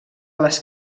les